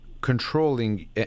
controlling